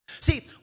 See